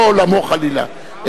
לא עולמו חלילה,